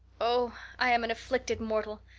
oh, i am an afflicted mortal.